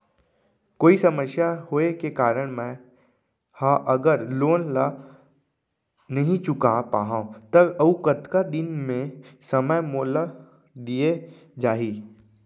कोई समस्या होये के कारण मैं हा अगर लोन ला नही चुका पाहव त अऊ कतका दिन में समय मोल दीये जाही?